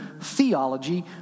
theology